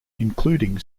including